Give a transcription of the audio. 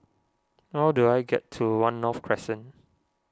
how do I get to one North Crescent